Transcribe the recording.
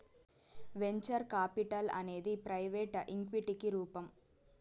venture capital అనేది private ఈక్విటికి రూపం